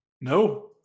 No